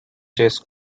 chess